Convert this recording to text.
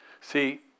See